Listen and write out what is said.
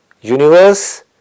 universe